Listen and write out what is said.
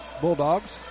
Bulldogs